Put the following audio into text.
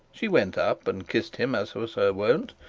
she went up and kissed him as was her wont,